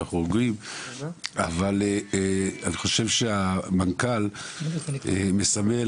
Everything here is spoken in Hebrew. אבל אני חושב שהמנכ"ל מסמל,